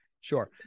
sure